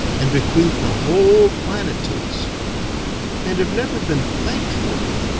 and bequeathed a whole planet to us and have never been thanked for it.